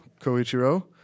Koichiro